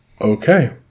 okay